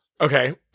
Okay